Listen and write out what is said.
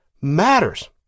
matters